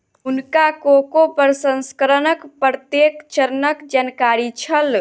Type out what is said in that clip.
हुनका कोको प्रसंस्करणक प्रत्येक चरणक जानकारी छल